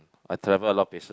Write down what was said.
I travel a lot of places